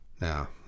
Now